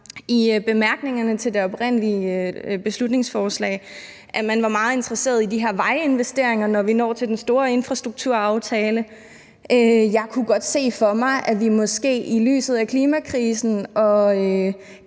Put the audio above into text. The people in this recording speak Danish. i bemærkningerne til det oprindelige beslutningsforslag, at man var meget interesseret i de her vejinvesteringer, når vi når til den store infrastrukturplanaftale. Jeg kunne godt se for mig, at vi måske i lyset af klimakrisen og